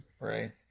Right